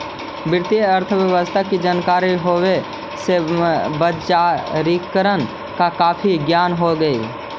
वित्तीय अर्थशास्त्र की जानकारी होवे से बजारिकरण का काफी ज्ञान हो जा हई